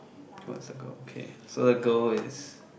to one circle okay so the girl is